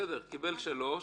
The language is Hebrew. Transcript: קיבל שלוש